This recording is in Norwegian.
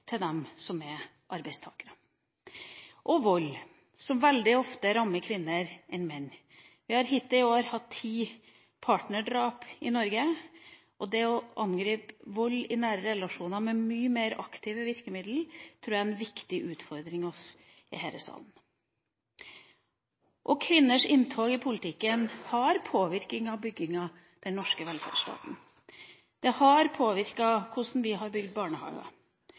dem som er arbeidstakere. Vold rammer veldig mye oftere kvinner enn menn. Vi har hittil i år hatt ti partnerdrap i Norge. Det å angripe vold i nære relasjoner med mye mer aktive virkemidler tror jeg er en viktig utfordring også i denne salen. Kvinners inntog i politikken har påvirket bygginga av den norske velferdsstaten. Det har påvirket hvordan vi har bygd